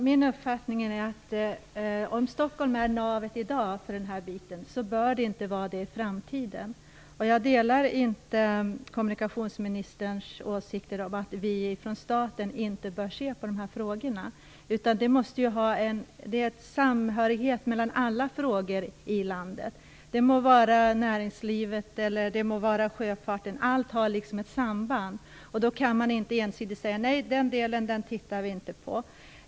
Fru talman! Om Stockholm i dag är navet för den här biten, bör det enligt min uppfattning inte vara det i framtiden. Jag delar alltså inte kommunikationsministerns åsikt att staten inte bör se på de här frågorna. Det måste ju finnas en samhörighet när det gäller alla frågor i landet. Det må gälla näringslivet eller sjöfarten; allt har ett samband. Man kan inte ensidigt säga: Nej, den delen tittar vi inte på.